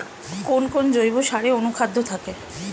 কোন কোন জৈব সারে অনুখাদ্য থাকে?